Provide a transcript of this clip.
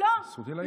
זכותי להעיר.